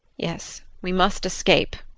yes, we must escape